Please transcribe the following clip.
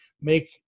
make